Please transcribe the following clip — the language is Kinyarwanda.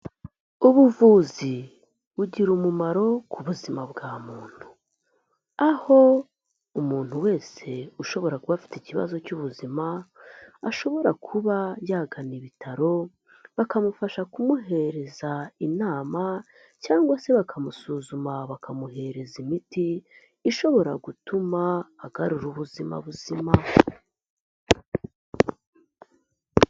Ubuvuzi bugira umumaro ku buzima bwa muntu, aho umuntu wese ushobora kuba afite ikibazo cy'ubuzima ashobora kuba yagana ibitaro bakamufasha kumuhereza inama cyangwa se bakamusuzuma bakamuhereza imiti ishobora gutuma agarura ubuzima buzima .